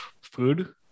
food